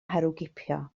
herwgipio